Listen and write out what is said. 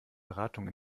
beratung